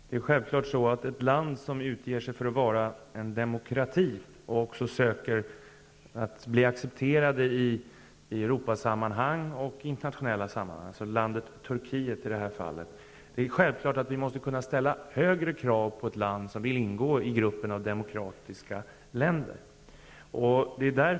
Fru talman! Turkiet utger sig för att vara en demokrati och söker också att bli accepterade i Europasammanhang och i internationella sammanhang. Det är självklart att vi måste kunna ställa högre krav på ett land som vill ingå i gruppen av demokratiska länder.